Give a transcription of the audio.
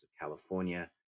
California